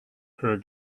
her